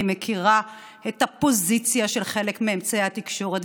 אני מכירה את הפוזיציה של חלק מאמצעי התקשורת,